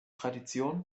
tradition